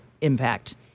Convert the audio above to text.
impact